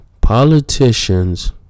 Politicians